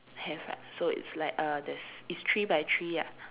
have right so it's like uh there's it's three by three ah